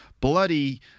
Bloody